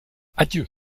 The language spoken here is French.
adieu